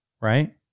right